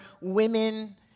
women